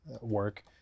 work